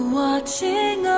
watching